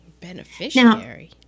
Beneficiary